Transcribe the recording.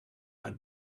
are